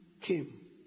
came